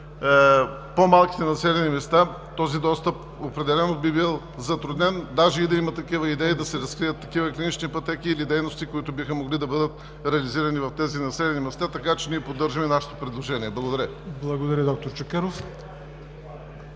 по-малките населени места, този достъп определено би бил затруднен, даже и да има такива идеи – да се разкрият такива клинични пътеки или дейности, които биха могли да бъдат реализирани в тези населени места. Затова поддържаме нашето предложение. Благодаря. ПРЕДСЕДАТЕЛ ЯВОР